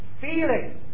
feeling